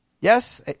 Yes